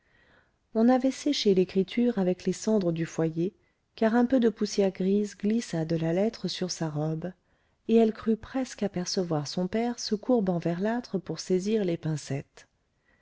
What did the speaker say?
on avait séché l'écriture avec les cendres du foyer car un peu de poussière grise glissa de la lettre sur sa robe et elle crut presque apercevoir son père se courbant vers l'âtre pour saisir les pincettes